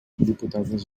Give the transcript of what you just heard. diputades